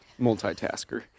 Multitasker